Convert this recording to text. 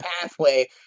pathway